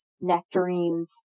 nectarines